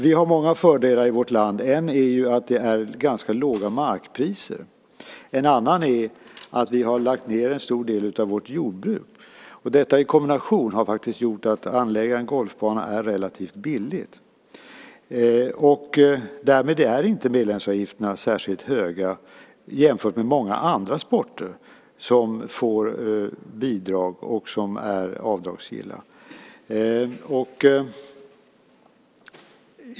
Vi har många fördelar i vårt land, och en är att det är ganska låga markpriser. En annan är att vi har lagt ned en stor del av vårt jordbruk. Detta i kombination har gjort att det är relativt billigt att anlägga en golfbana. Därmed är inte medlemsavgifterna särskilt höga jämfört med många andra sporter som får bidrag och som är avdragsgilla.